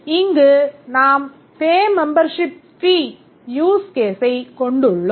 இங்கு நாம் pay membership fee use case ஐக் கொண்டுள்ளோம்